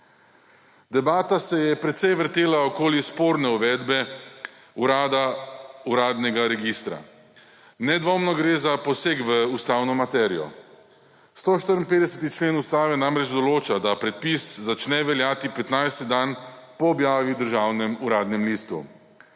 Debata se je precej vrtela okoli sporne uvedbe urada uradnega registra. Nedvoumno gre za poseg v ustavno materijo. 154. člen Ustave namreč določa, da predpis začne veljati 15 dan po objavi v državnem Uradnem listu.